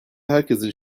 herkesin